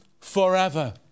Forever